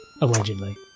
allegedly